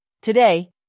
Today